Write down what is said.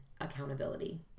accountability